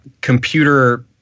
computer